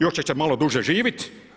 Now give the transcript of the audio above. Još ćete malo duže živit.